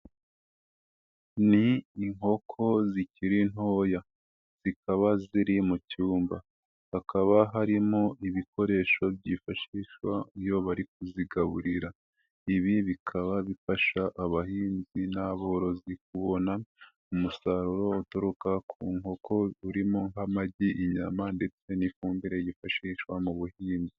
Ni inkoko zikiri ntoya zikaba ziri mu cyumba, hakaba harimo ibikoresho byifashishwa iyo bari kuzigaburira, ibi bikaba bifasha abahinzi n'aborozi kubona umusaruro uturuka ku nkoko urimo nk'amagi, inyama ndetse n'ifumbire yifashishwa mu buhinzi.